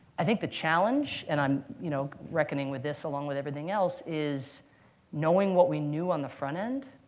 i think the challenge and i'm you know reckoning with this along with everything else is knowing what we knew on the front end.